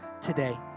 today